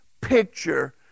picture